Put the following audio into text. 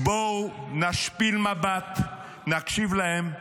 -- בואו נשפיל מבט, נקשיב להם,